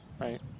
right